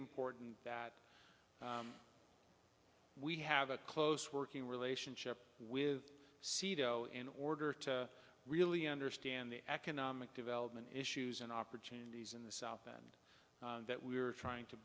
important that we have a close working relationship with c d o in order to really understand the economic development issues and opportunities in the south and that we are trying to